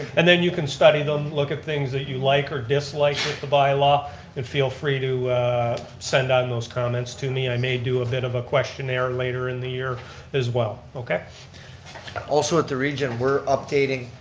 and then you can study them, look at things that you like or dislike with the bylaw and feel free to send on those comments to me. and i may do a bit of a questionnaire later in the year as well. also at the region we're updating,